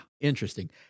interesting